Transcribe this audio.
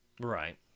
Right